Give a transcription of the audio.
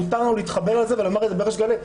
מותר לנו להתחבר לזה ואני אומר את זה בריש גלי.